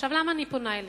עכשיו, למה אני פונה אליך?